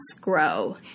grow